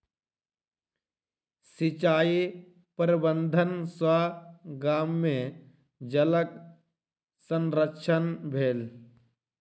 सिचाई प्रबंधन सॅ गाम में जलक संरक्षण भेल